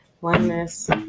Oneness